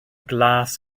glas